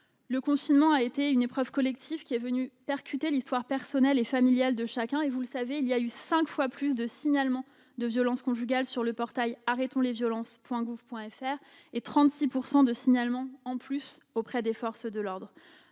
Le confinement a été une épreuve collective qui est venue percuter l'histoire personnelle et familiale de chacun. Vous le savez, il y a eu cinq fois plus de signalements de violences conjugales sur le portail « arretonslesviolences.gouv.fr » et 36 % de signalements en plus auprès des forces de l'ordre.